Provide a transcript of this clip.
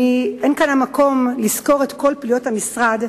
אין כאן המקום לסקור את כל פעילויות המשרד.